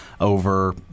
over